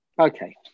Okay